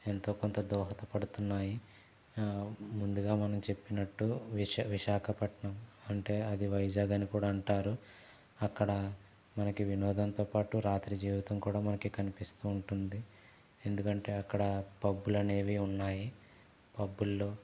ఎంతో కొంత దోహదపడుతున్నాయి ముందుగా మనం చెప్పినట్టు విశా విశాఖపట్నం అంటే అది వైజాగ్ అని కూడా అంటారు అక్కడ మనకి వినోదంతో పాటు రాత్రి జీవితం కూడా మనకి కనిపిస్తూ ఉంటుంది ఎందుకంటే అక్కడ పబ్బులు అనేవి ఉన్నాయి పబ్బుల్లో